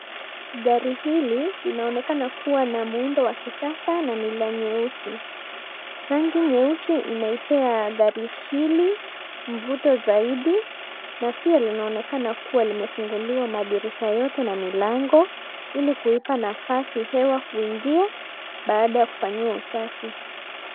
Gari hili linaonekana kuwa na muundo wa kisasa na ni la nyeusi. Rangi nyeusi inaipea gari hili mvuto zaidi na pia linaonekana kuwa limefunguliwa madirisha yote na milango ili kuipa nafasi hewa kuingia baada ya kufanyiwa usafi.